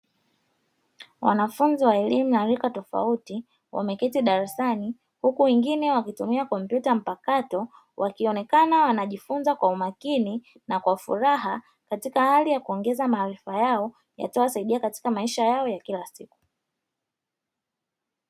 Wanafunzi wa elimu na rika tofauti wameketi darasani, huku wengine wakitumia kompyuta mpakato, wakionekana wanajifunza kwa umakini na kwa furaha katika hali ya kuongeza maarifa yao yatawasaidia katika maisha yao ya kila siku.